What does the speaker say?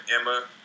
Emma